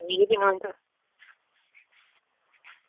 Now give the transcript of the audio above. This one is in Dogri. होई गेआ निं ऐंड